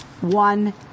One